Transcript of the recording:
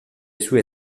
sue